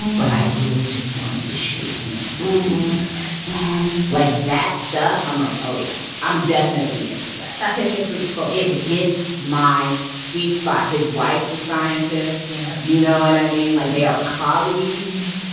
but i really just wanted to shake hands with the universe like that stuff. i'm like, oh, yeah, i'm definitely into that that hits your sweet spot. it hits my sweet spot. his wife's a scientist. yeah. you know what i mean? like, they are colleagues.